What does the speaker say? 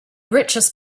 richest